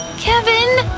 kevin!